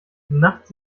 nachts